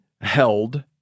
held